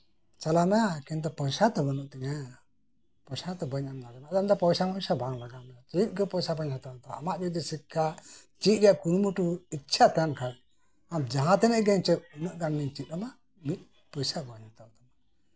ᱪᱟᱞᱟᱜ ᱢᱮ ᱠᱤᱱᱛᱩ ᱯᱚᱭᱥᱟ ᱛᱚ ᱵᱟᱹᱱᱩᱜ ᱛᱤᱧᱟᱹ ᱯᱚᱭᱥᱟ ᱫᱚ ᱵᱟᱹᱧ ᱮᱢ ᱫᱟᱲᱮ ᱟᱢᱟ ᱯᱚᱭᱥᱟ ᱢᱚᱭᱥᱟ ᱵᱟᱝ ᱞᱟᱜᱟᱣ ᱢᱮᱭᱟ ᱪᱮᱫ ᱜᱮ ᱵᱟᱝ ᱞᱟᱜᱟᱣ ᱢᱮᱭᱟ ᱟᱢᱟᱜ ᱡᱚᱫᱤ ᱥᱤᱠᱠᱷᱟ ᱪᱮᱫ ᱨᱮᱱᱟᱜ ᱠᱩᱨᱩᱢᱩᱴᱩ ᱢᱮᱱᱟᱜ ᱛᱟᱢ ᱠᱷᱟᱱ ᱟᱢ ᱡᱟᱸᱦᱟ ᱛᱤᱱᱟᱹᱜ ᱜᱮ ᱩᱱᱟᱹᱜ ᱜᱟᱱ ᱤᱧ ᱪᱮᱫ ᱟᱢᱟ ᱢᱤᱫ ᱯᱚᱭᱥᱟ ᱦᱚᱵᱟᱧ ᱦᱟᱛᱟᱣ ᱛᱟᱢᱟ